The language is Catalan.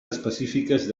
específiques